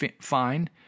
fine